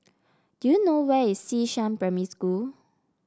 do you know where is Xishan Primary School